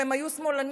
אם הם היו שמאלנים,